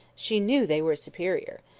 she knew they were superior.